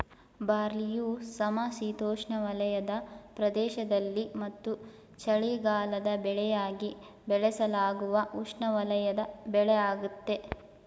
ಬಾರ್ಲಿಯು ಸಮಶೀತೋಷ್ಣವಲಯದ ಪ್ರದೇಶದಲ್ಲಿ ಮತ್ತು ಚಳಿಗಾಲದ ಬೆಳೆಯಾಗಿ ಬೆಳೆಸಲಾಗುವ ಉಷ್ಣವಲಯದ ಬೆಳೆಯಾಗಯ್ತೆ